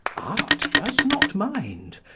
art does not mind.